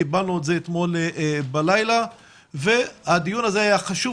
קיבלנו את זה אתמול בלילה והדיון הזה היה חשוב